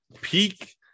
peak